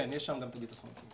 כן, יש שם גם את ביטחון פנים.